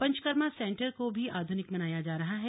panchakarma centre को भी आधुनिक बनाया जा रहा है